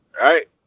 right